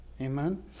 amen